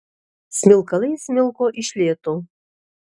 smilkalai smilko iš lėto